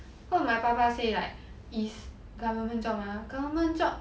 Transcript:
what my 爸爸 say like is government job mah government job